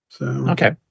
Okay